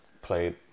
played